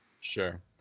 Sure